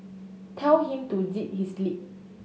tell him to zip his lip